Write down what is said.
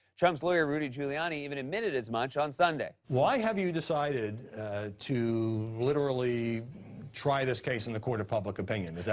trump's lawyer rudy giuliani even admitted as much on sunday. why have you decided to literally try this case in the court of public opinion?